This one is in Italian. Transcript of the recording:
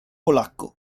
polacco